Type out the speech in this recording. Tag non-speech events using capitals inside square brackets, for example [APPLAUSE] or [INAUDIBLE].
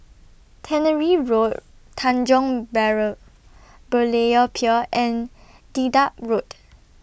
Tannery Road Tanjong [UNINTELLIGIBLE] Berlayer Pier and Dedap Road